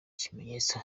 kimenyetso